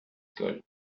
skull